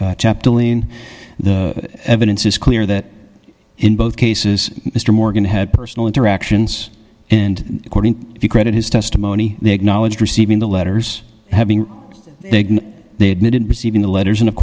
delaying the evidence is clear that in both cases mr morgan had personal interactions and according to credit his testimony they acknowledged receiving the letters having they admitted receiving the letters and of